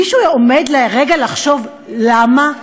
מישהו עומד לרגע לחשוב למה?